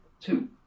two